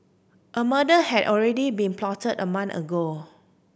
a murder had already been plotted a month ago